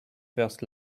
first